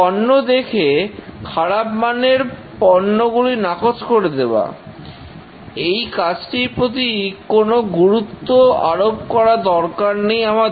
পণ্য দেখে খারাপ মানের পণ্যগুলি নাকচ করে দেওয়া এই কাজটির প্রতি কোন গুরুত্ব আরোপ করা দরকার নেই আমাদের